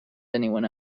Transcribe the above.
anyone